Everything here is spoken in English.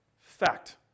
Fact